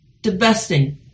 Divesting